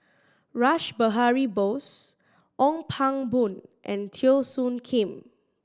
Rash Behari Bose Ong Pang Boon and Teo Soon Kim